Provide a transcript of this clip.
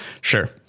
sure